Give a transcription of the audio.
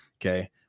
Okay